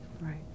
Right